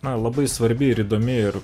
man labai svarbi ir įdomi ir